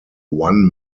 one